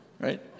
right